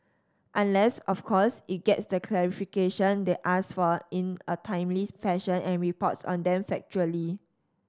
unless of course it gets the clarification they ask for in a timely fashion and reports on them factually